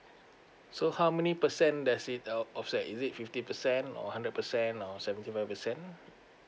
so how many percent does it offset is it fifty percent or hundred percent or seventy five percent